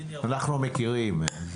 אנחנו מכירים.